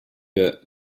der